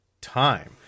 time